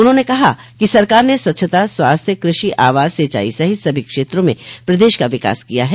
उन्होंने कहा कि सरकार ने स्वच्छता स्वास्थ्य कृषि आवास सिचाई सहित सभी क्षेत्रों में प्रदेश का विकास किया है